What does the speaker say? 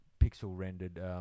pixel-rendered